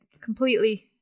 completely